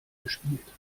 gespielt